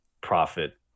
profit